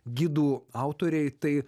gidų autoriai tai